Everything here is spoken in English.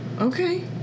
Okay